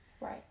Right